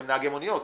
אבל הם נהגי מוניות,